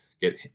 get